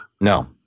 No